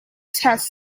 test